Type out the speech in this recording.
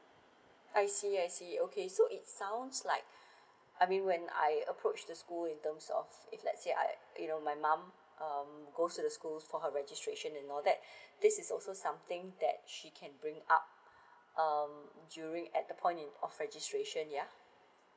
I see I see okay so it sounds like I mean when I approach the school in terms of if let's say I you know my mum um goes to the school for her registration and all that this is also something that she can bring up um during at the point in of registration yeah